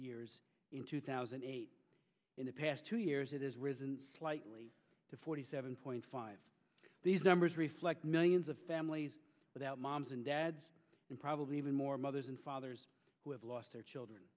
years in two thousand in the past two years it has risen slightly to forty seven point five these numbers reflect millions of families without moms and dads and probably even more mothers and fathers who have lost their children